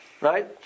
Right